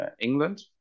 england